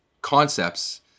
concepts